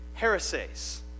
heresies